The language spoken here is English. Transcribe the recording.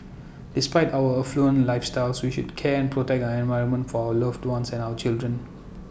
despite our affluent lifestyles we should care and protect our environment for our loved ones and our children